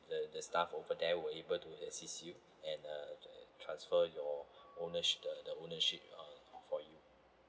the the staff over there will able assist you and uh transfer your ownership the the ownership uh for you